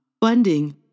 Funding